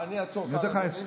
אני אעצור כאן, אדוני.